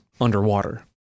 underwater